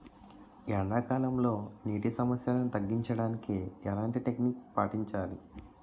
ఎండా కాలంలో, నీటి సమస్యలను తగ్గించడానికి ఎలాంటి టెక్నిక్ పాటించాలి?